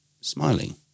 smiling